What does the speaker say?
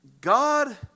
God